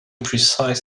precise